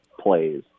plays